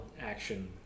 action